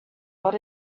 but